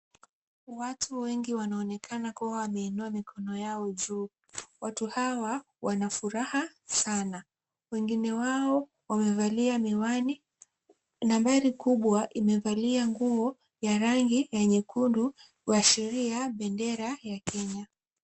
Watu wengi wanaonekana kuwa wameinua mikono yao juu. Watu hawa wana furaha sana. Wengine wao wamevalia miwani. Nambari kubwa imevalia nguo ya rangi ya nyekundu, kuashiria bendera ya Kenya.